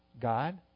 God